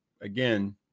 again